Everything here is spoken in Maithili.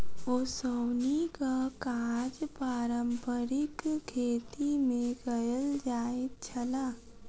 ओसौनीक काज पारंपारिक खेती मे कयल जाइत छल